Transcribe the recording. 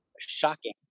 Shocking